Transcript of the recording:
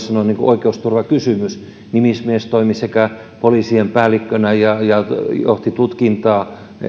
sanoa oikeusturvakysymys nimismies sekä toimi poliisien päällikkönä että johti tutkintaa